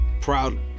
proud